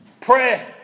Pray